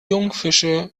jungfische